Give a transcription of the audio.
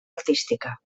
artística